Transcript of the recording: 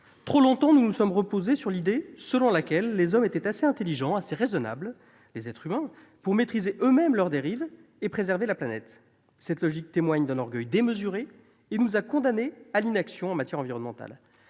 Trop longtemps, nous nous sommes reposés sur l'idée selon laquelle les êtres humains étaient assez intelligents et assez raisonnables pour maîtriser eux-mêmes leurs dérives et préserver la planète. Une telle logique témoigne d'un orgueil démesuré. Elle nous a condamnés à l'inaction en matière environnementale.